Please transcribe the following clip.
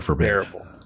terrible